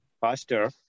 faster